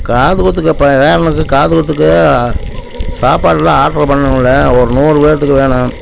காது குத்துக்கு பேரனுக்கு காது குத்துக்கு சாப்பாடுலாம் ஆட்ரு பண்ணணுங்களே ஒரு நூறு பேத்துக்கு வேணும்